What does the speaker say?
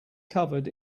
covered